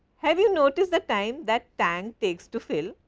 have you notice the time that tank takes to fill.